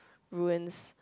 ruins